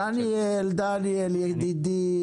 דניאל ידידי,